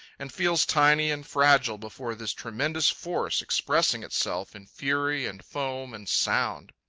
and feels tiny and fragile before this tremendous force expressing itself in fury and foam and sound.